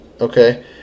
Okay